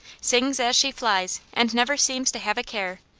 sings as she flies, and never seems to have a care.